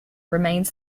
remains